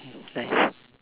nice